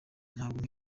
ntabwo